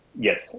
yes